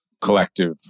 collective